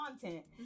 content